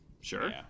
Sure